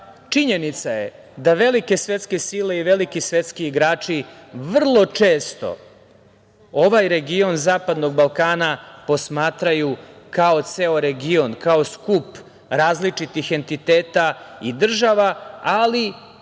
prostor. Činjenica je da velike sile svetske sile i veliki svetski igrači vrlo često ovaj region Zapadnog Balkana posmatraju kao ceo region, kao skup različitih entiteta i država, ali